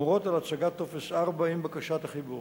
המורות על הצגת טופס 4 עם בקשת החיבור.